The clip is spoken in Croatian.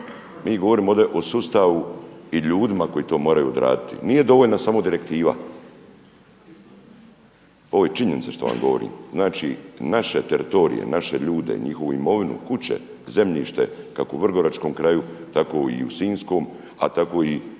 Mi govorimo ovdje o sustavu i ljudima koji to moraju odraditi. Nije dovoljna samo direktiva. Ovo je činjenica što vam govorim. Znači naše teritorije, naše ljude, njihovu imovinu, kuće, zemljište kako u Vrgoračkom kraju tako i u Sinjskom, a tako i